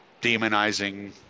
demonizing